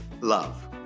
Love